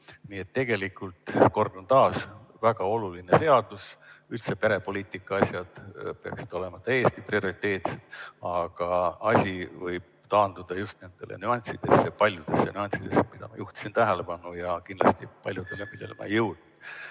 riik. Tegelikult, kordan taas: väga oluline seadus, üldse perepoliitika asjad peaksid olema Eesti prioriteet. Aga asi võib taanduda just nendele nüanssidele, paljudele nüanssidele, millele ma juhtisin tähelepanu ja kindlasti paljudele ma ei jõudnud.